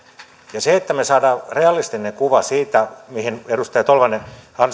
jotta me saamme realistisen kuvan siitä mihin edustaja tolvanen